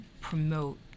promote